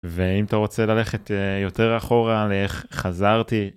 ואם אתה רוצה ללכת יותר אחורה על איך חזרתי...